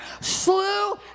slew